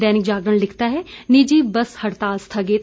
दैनिक जागरण लिखता है निजी बस हड़ताल स्थगित